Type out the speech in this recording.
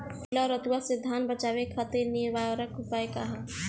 पीला रतुआ से धान बचावे खातिर निवारक उपाय का ह?